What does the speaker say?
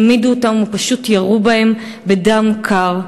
העמידו אותם ופשוט ירו בהם בדם קר.